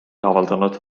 avaldanud